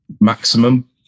maximum